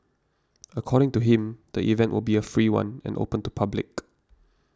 according to him the event will be a free one and open to public